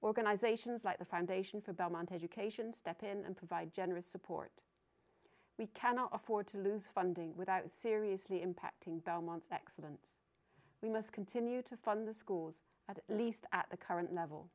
organizations like the foundation for belmont education step in and provide generous support we cannot afford to lose funding without seriously impacting belmont's excellence we must continue to fund the schools at least at the current level